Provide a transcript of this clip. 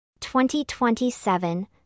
2027